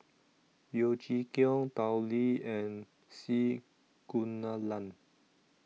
Yeo Chee Kiong Tao Li and C Kunalan